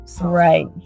Right